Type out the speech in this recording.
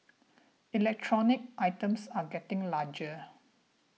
electronic items are getting larger